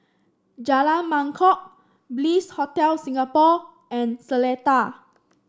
Jalan Mangkok Bliss Hotel Singapore and Seletar